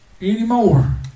anymore